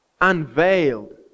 unveiled